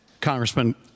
Congressman